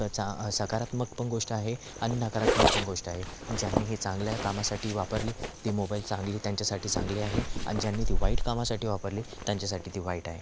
एक चा सकारात्मक पण गोष्ट आहे आणि नकारात्मक पण गोष्ट आहे ज्यांनी हे चांगल्या कामासाठी वापरली ते मोबाईल चांगली त्यांच्यासाठी चांगले आहे आणि ज्यांनी ती वाईट कामासाठी वापरली त्यांच्यासाठी ती वाईट आहे